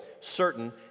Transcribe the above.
certain